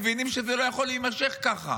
מבין שזה לא יכול להימשך ככה.